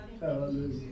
Hallelujah